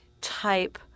type